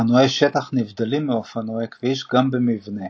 אופנועי שטח נבדלים מאופנועי כביש גם במבנה